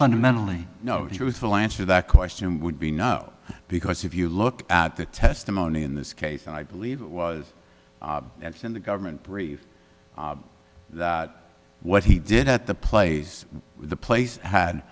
fundamentally no it was the last for that question would be no because if you look at the testimony in this case and i believe it was in the government brief that what he did at the place the place had